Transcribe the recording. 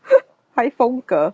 还风格